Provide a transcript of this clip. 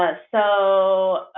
ah so,